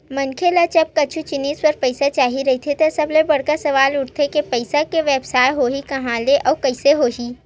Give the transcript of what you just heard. मनखे ल जब कुछु जिनिस बर पइसा चाही रहिथे त सबले बड़का सवाल उठथे के पइसा के बेवस्था होही काँहा ले अउ कइसे होही